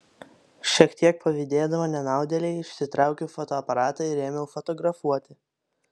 šiek tiek pavydėdama nenaudėlei išsitraukiau fotoaparatą ir ėmiau fotografuoti